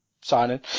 signing